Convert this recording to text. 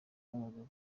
w’abagabo